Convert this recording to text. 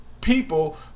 people